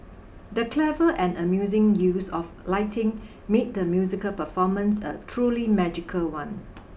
the clever and amusing use of lighting made the musical performance a truly magical one